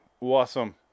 Awesome